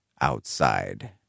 outside